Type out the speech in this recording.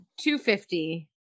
250